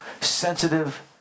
Sensitive